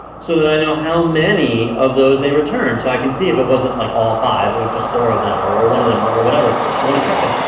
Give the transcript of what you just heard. so that i know how many of those they returned. so i can see if it wasn't like all five, it was just four of them or one of them or or whatever. i want to track that.